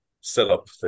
setup